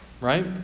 Right